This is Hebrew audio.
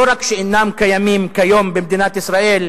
לא רק שאינם קיימים כיום במדינת ישראל,